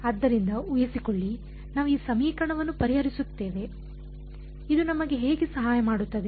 ಆದ್ದರಿಂದ ಉಹಿಸಿಕೊಳ್ಳಿ ನಾವು ಈ ಸಮೀಕರಣವನ್ನು ಪರಿಹರಿಸುತ್ತೇವೆ ಇದು ನಮಗೆ ಹೇಗೆ ಸಹಾಯ ಮಾಡುತ್ತದೆ